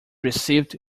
received